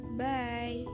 bye